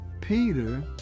peter